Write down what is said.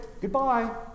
goodbye